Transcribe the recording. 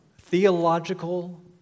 theological